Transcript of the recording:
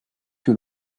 que